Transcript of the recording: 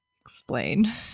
Explain